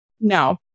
no